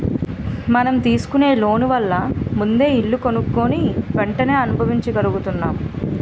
మనం తీసుకునే లోన్ వల్ల ముందే ఇల్లు కొనుక్కుని వెంటనే అనుభవించగలుగుతున్నాం